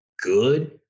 good